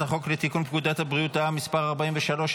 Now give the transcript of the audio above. החוק לתיקון פקודת בריאות העם (מס' 43),